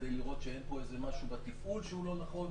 כדי לראות שאין פה משהו בתפעול שהוא לא נכון,